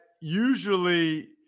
usually